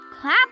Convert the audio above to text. clap